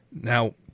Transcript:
Now